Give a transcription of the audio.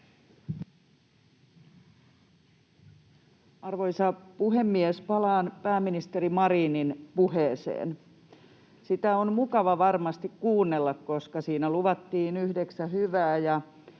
Arvoisa puhemies! Palaan pääministeri Marinin puheeseen. Sitä on mukava varmasti kuunnella, koska siinä luvattiin yhdeksän hyvää